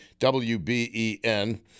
WBEN